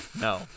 No